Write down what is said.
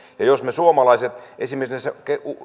me suomalaiset esimerkiksi